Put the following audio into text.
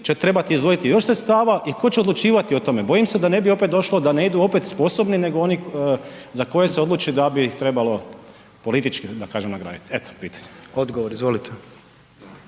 će trebati izdvojiti još sredstava i tko će odlučivati o tome? Bojim se da ne bi opet došlo da ne idu opet sposobni nego oni za koje se odluči da bi ih trebalo politički da kažem nagradit. Eto, pitanje. **Jandroković,